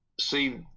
see